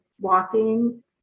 walking